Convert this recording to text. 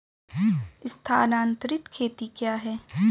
स्थानांतरित खेती क्या है?